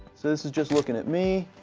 this is just looking at me.